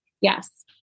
Yes